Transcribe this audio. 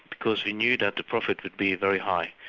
because they knew that the profit would be very high,